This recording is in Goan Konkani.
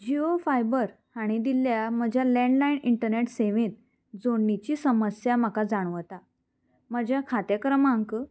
जियो फायबर हांणी दिल्ल्या म्हज्या लेंडलायन इंटरनेट सेवेंत जोडणेची समस्या म्हाका जाणवता म्हजें खातें क्रमांक